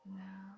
now